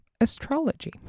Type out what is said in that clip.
astrology